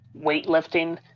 weightlifting